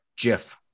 jiff